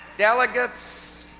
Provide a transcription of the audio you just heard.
delegates,